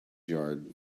yard